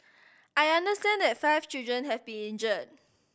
I understand that five children have been injured